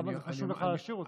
למה חשוב לך להשאיר אותה?